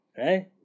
right